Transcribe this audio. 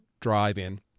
drive-in